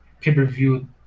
pay-per-view